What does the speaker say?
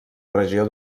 regió